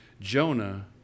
Jonah